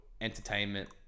entertainment